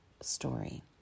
story